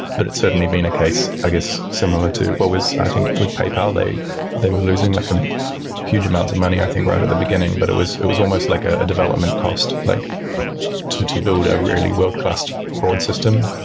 but it's certainly been a case, i guess, similar to what was i think, with paypal, they they were losing like huge amounts of money i think right at the beginning, but it was it was almost like ah a development cost. like to to build a really world-class fraud system,